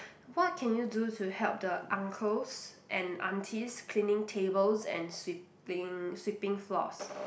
what can you do to help the uncles and aunties cleaning tables and sweeping sweeping floors